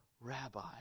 rabbi